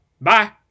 Bye